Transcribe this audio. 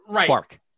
spark